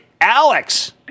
Alex